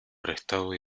arrestado